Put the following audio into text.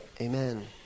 Amen